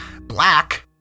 Black